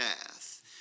path